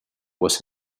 was